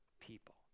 people